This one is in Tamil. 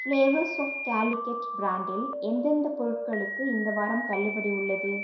ஃப்ளேவர்ஸ் ஆஃப் கேலிகட் பிராண்டில் எந்தெந்தப் பொருட்களுக்கு இந்த வாரம் தள்ளுபடி உள்ளது